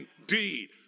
indeed